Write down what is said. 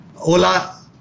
Ola